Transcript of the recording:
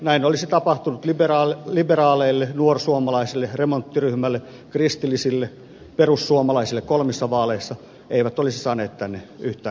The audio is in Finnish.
näin olisi tapahtunut liberaaleille nuorsuomalaisille remonttiryhmälle kristillisille perussuomalaisille kolmissa vaaleissa eivät olisi saaneet tänne yhtään kansanedustajaa